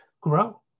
grow